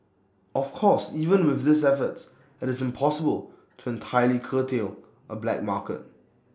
of course even with these efforts IT is impossible to entirely curtail A black market